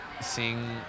seeing